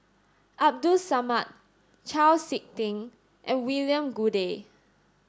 Abdul Samad Chau Sik Ting and William Goode